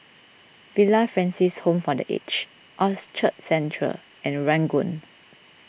Villa Francis Home for the Aged Orchard Central and Ranggung